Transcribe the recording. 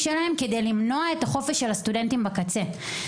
שלהם כדי למנוע את החופש של הסטודנטים בקצה.